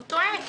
הוא טועה.